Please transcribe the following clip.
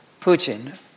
Putin